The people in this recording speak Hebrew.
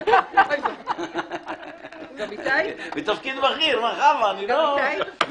גם איתי, כמובן.